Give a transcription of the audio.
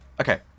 Okay